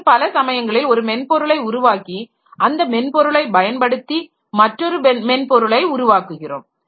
மேலும் பல சமயங்களில் ஒரு மென்பொருளை உருவாக்கி அந்த மென்பொருளைப் பயன்படுத்தி மற்றொரு மென்பொருளை உருவாக்குகிறோம்